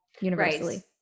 universally